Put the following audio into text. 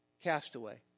castaway